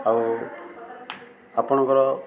ଆଉ ଆପଣଙ୍କର